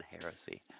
heresy